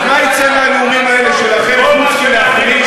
אז מה יצא מהנאומים האלה שלכם חוץ מלהחליש